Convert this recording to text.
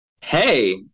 Hey